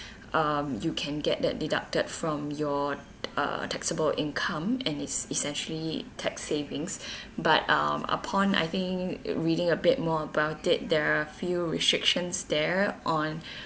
um you can get that deducted from your uh taxable income and is is actually tax savings but um upon I think reading a bit more about it there are few restrictions there on